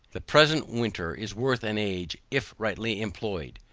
the present winter is worth an age if rightly employed,